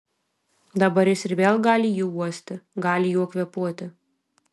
dabar jis ir vėl gali jį uosti gali juo kvėpuoti